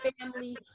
family